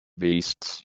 beasts